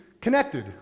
connected